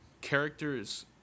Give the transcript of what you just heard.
characters